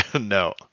no